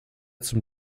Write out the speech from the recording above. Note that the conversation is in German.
zum